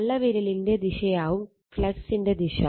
തള്ള വിരലിന്റെ ദിശയാവും ഫ്ളക്സിന്റെ ദിശ